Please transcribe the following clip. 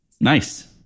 nice